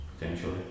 potentially